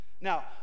Now